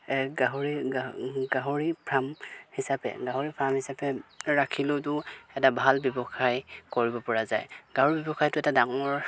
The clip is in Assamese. গাহৰি গাহৰি ফাৰ্ম হিচাপে গাহৰি ফাৰ্ম হিচাপে ৰাখিলেতো এটা ভাল ব্যৱসায় কৰিব পৰা যায় গাহৰি ব্যৱসায়টো এটা ডাঙৰ